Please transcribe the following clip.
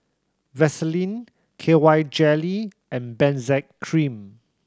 Vaselin K Y Jelly and Benzac Cream